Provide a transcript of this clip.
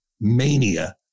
mania